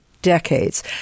decades